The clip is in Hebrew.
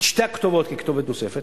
את שתי הכתובות ככתובת נוספת?